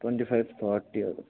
twenty five थर्टीहरू